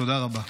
תודה רבה.